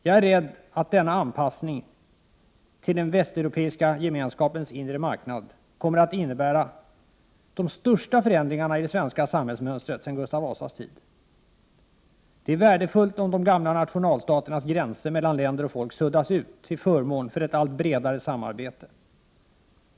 Jag är rädd att denna anpassning till den västeuropeiska gemenskapens inre marknad kommer att innebära de största förändringarna i det svenska samhällsmönstret sedan Gustav Vasas tid. Det är värdefullt om de gamla nationalstaternas gränser mellan länder och folk suddas ut till förmån för ett allt bredare samarbete.